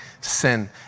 sin